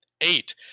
Eight